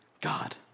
God